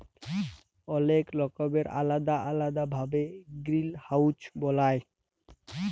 অলেক রকমের আলেদা আলেদা ভাবে গিরিলহাউজ বালায়